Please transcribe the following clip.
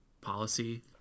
policy